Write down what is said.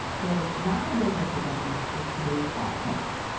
the narrative of the government is that they fought back.